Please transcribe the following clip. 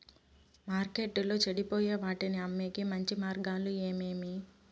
మార్కెట్టులో చెడిపోయే వాటిని అమ్మేకి మంచి మార్గాలు ఏమేమి